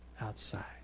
outside